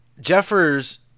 Jeffers